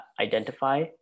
identify